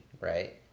right